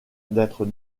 d’être